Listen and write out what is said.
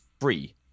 free